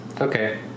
Okay